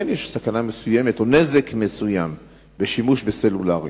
שאכן יש סכנה מסוימת או נזק מסוים בשימוש בסלולרי,